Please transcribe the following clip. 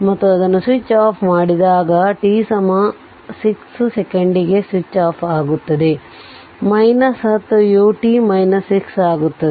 ಮತ್ತು ಅದನ್ನು switch off ಮಾಡಿದಾಗ t 6 ಸೆಕೆಂಡಿಗೆ ಸ್ವಿಚ್ ಆಫ್ ಆಗುತ್ತದೆ 10 ut 6 ಆಗುತ್ತದೆ